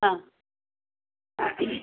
ആ ആ